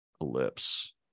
ellipse